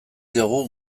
diogu